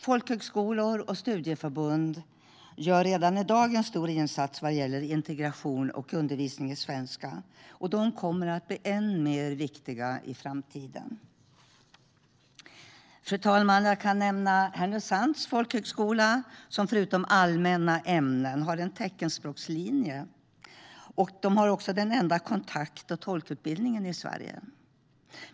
Folkhögskolor och studieförbund gör redan i dag en stor insats vad gäller integration och undervisning i svenska, och de kommer att bli än mer viktiga i framtiden. Fru talman! Jag kan nämna Härnösands folkhögskola, som förutom allmänna ämnen har en teckenspråkslinje och den enda kontakt och tolkutbildningen i Sverige.